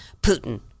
Putin